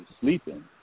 sleeping